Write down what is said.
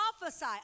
prophesy